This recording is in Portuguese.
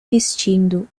vestindo